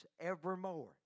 evermore